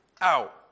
out